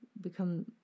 become